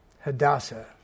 Hadassah